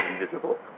invisible